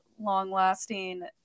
long-lasting